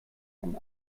ein